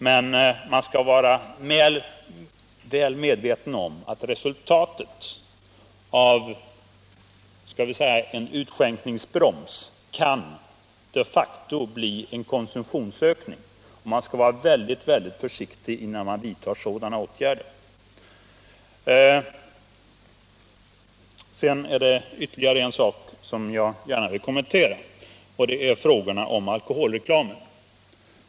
Men man skall vara väl medveten om att resultatet av låt oss säga en utskänkningsbroms de facto kan bli en konsumtionsökning. Och man skall vara väldigt försiktig innan man vidtar sådana åtgärder. Sedan är det ytterligare en sak jag gärna vill kommentera, och det är frågorna om alkoholreklamen.